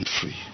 free